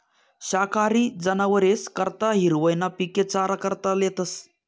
शाकाहारी जनावरेस करता हिरवय ना पिके चारा करता लेतस